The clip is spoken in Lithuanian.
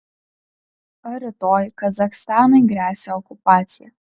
ar rytoj kazachstanui gresia okupacija